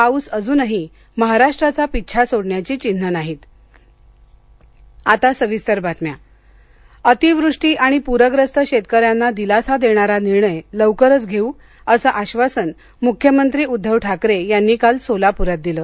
पाऊस अजूनही महाराष्ट्राचा पिच्छा सोडण्याची चिन्हं नाहीत ठाकरे सोलापर अतिवृष्टी आणि पूर्यस्त शेतकऱ्यांना दिलासा देणारा निर्णय लवकरच घेवू असं अश्वासन मुख्यमंत्री उद्दव ठाकरे यांनी काल सोलापूरात दिलं